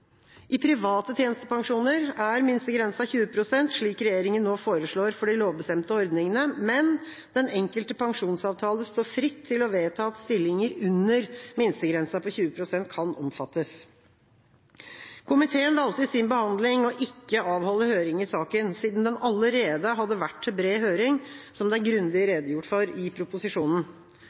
I private tjenestepensjoner er minstegrensa 20 pst., slik regjeringa nå foreslår for de lovbestemte ordningene, men den enkelte pensjonsavtale står fritt til å vedta at stillinger under minstegrensa på 20 pst. kan omfattes. Komiteen valgte i sin behandling å ikke avholde høring i saken, siden den allerede hadde vært til bred høring, noe det er grundig redegjort for i proposisjonen.